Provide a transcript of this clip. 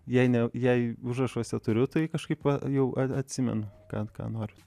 jei ne jei užrašuose turiu tai kažkaip va jau at atsimenu ką ką noriu